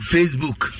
Facebook